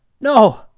No